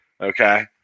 Okay